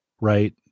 right